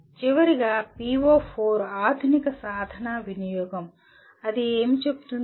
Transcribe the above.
చివరగా PO4 ఆధునిక సాధన వినియోగం అది ఏమి చెబుతుంది